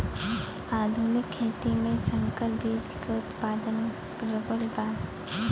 आधुनिक खेती में संकर बीज क उतपादन प्रबल बा